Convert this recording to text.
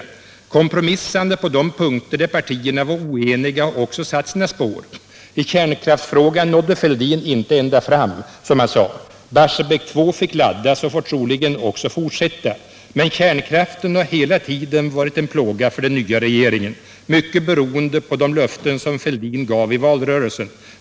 ”Kompromissandet på de punkter där partierna var oeniga har också satt sina spår. I kärnkraftsfrågan nådde Fälldin "inte ända fram”, som han sade. Barsebäck II fick laddas och får troligen också fortsätta. Men kärnkraften har hela tiden varit en plåga för den nya regeringen. Mycket beroende på de löften som Fälldin gav i valrörelsen.